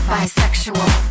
Bisexual